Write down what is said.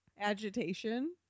Agitation